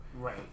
Right